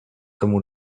tomu